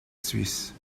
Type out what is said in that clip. suisse